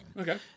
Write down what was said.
Okay